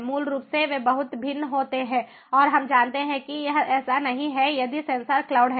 मूल रूप से वे बहुत भिन्न होते हैं और हम जानते हैं कि यह ऐसा नहीं है यदि सेंसर क्लाउड है